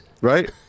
Right